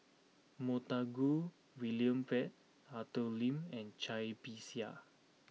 Montague William Pett Arthur Lim and Cai Bixia